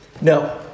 No